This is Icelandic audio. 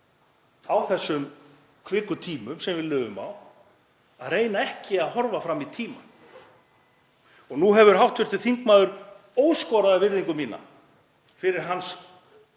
á þessum kviku tímum sem við lifum á að reyna ekki að horfa fram í tímann. Nú hefur hv. þingmaður óskoraða virðingu mína fyrir hans